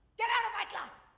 get out of ah class.